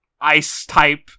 ice-type